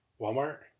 Walmart